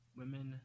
women